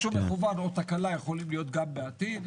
משהו מכוון או תקלה יכולים להיות גם בעתיד.